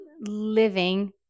living